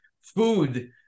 food